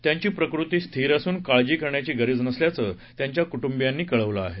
त्यांची प्रकृती स्थिर असून काळजी करण्याची गरज नसल्याचं त्यांच्या कुटुंबियांनी सांगितलं आहे